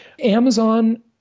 Amazon